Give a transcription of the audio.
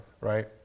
Right